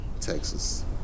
Texas